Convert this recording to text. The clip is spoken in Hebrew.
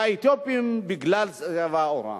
והאתיופים, בגלל צבע עורם.